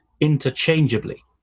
interchangeably